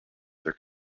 their